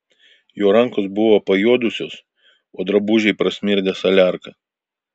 jo rankos buvo pajuodusios o drabužiai prasmirdę saliarka